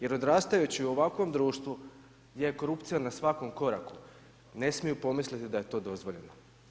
Jer odrastajući u ovakvom društvu, gdje je korupcija na svakom koraku, ne smiju pomisliti da je to dozvoljeno.